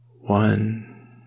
one